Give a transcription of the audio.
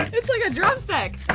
it's like a drumstick.